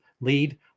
lead